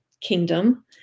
kingdom